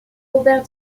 robert